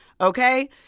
okay